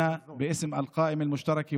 יש עשרות אלפי יחידות דיור שמחכות לחוק הזה.